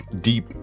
deep